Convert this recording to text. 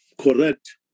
correct